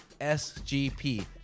SGP